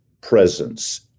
presence